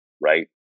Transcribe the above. Right